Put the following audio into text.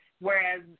whereas